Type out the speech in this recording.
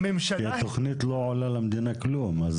כי התכנית לא עולה למדינה כלום.